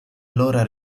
allora